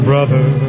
Brother